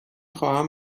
خواهم